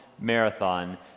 Marathon